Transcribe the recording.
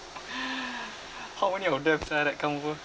how many of them sia like come over